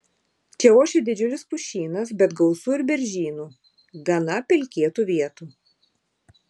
čia ošia didžiulis pušynas bet gausu ir beržynų gana pelkėtų vietų